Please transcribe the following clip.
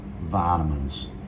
vitamins